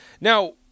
Now